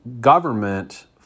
government